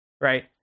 right